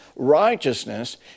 righteousness